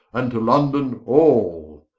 and to london all,